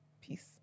Peace